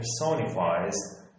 personifies